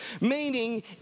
meaning